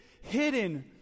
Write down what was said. hidden